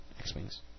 X-Wings